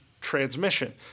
transmission